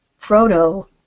Frodo